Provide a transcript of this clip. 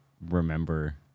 remember